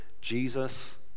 Jesus